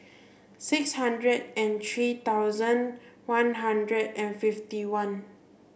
six hundred and three thousand one hundred and fifty one